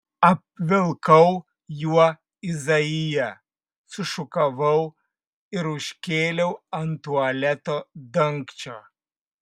apvilkau juo izaiją sušukavau ir užkėliau ant tualeto dangčio